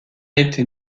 été